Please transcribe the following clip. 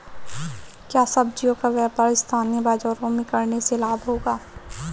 क्या सब्ज़ियों का व्यापार स्थानीय बाज़ारों में करने से लाभ होगा?